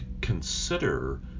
consider